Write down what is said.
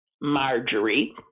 Marjorie